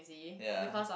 ya